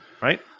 Right